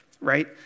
right